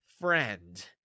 friend